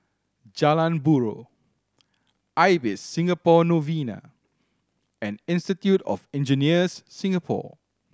Jalan Buroh Ibis Singapore Novena and Institute of Engineers Singapore